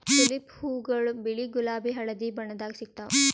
tulip ಹೂವಾಗೊಳ್ ಬಿಳಿ ಗುಲಾಬಿ ಹಳದಿ ಬಣ್ಣದಾಗ್ ಸಿಗ್ತಾವ್